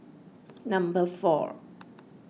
number four